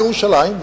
בירושלים,